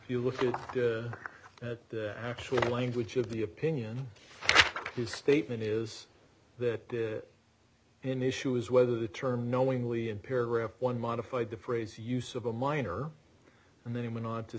you look at the actual language of the opinion the statement is that an issue is whether the term knowingly in paragraph one modified the phrase use of a minor and then he went on to